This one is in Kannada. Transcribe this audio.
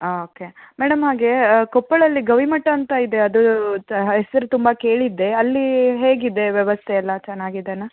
ಓಕೆ ಮೇಡಮ್ ಹಾಗೆ ಕೊಪ್ಪಳಲ್ಲಿ ಗೌರಿ ಮಠ ಅಂತ ಇದೆ ಅದು ತ ಹೆಸ್ರು ತುಂಬ ಕೇಳಿದ್ದೆ ಅಲ್ಲಿ ಹೇಗಿದೆ ವ್ಯವಸ್ಥೆಯೆಲ್ಲ ಚೆನ್ನಾಗಿದೆಯಾ